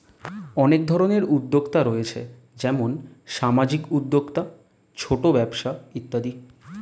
অনেক ধরনের উদ্যোক্তা রয়েছে যেমন সামাজিক উদ্যোক্তা, ছোট ব্যবসা ইত্যাদি